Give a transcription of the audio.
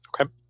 Okay